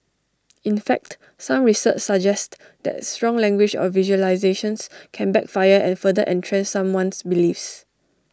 in fact some research suggests that strong language or visualisations can backfire and further entrench someone's beliefs